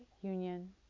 union